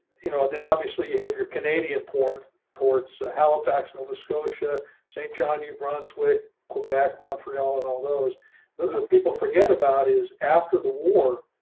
you know, then obviously you have your canadian port ports ah halifax, nova scotia saint john new brunswick quebec montreal and all those little but people forget about is after the war,